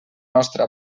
nostre